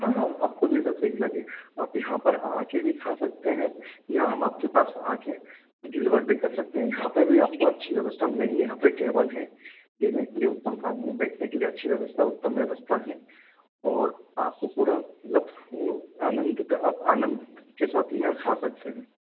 हाँ हाँ आपको जैसा सही लगे आप यहाँ पर आकर भी खा सकते हैं या हम आपके पास आकर डिलिवर भी कर सकते हैं यहाँ पर भी आपको अच्छी वयवस्था मिलेगी टेबल है पीने के लिए उत्तम पानी है बैठने के लिए अच्छी व्यवस्था उत्तम व्यवस्था है और आपको पूरा मतलब वो आन्दित आप आनंद के साथ खा सकते है